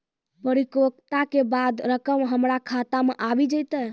परिपक्वता के बाद रकम हमरा खाता मे आबी जेतै?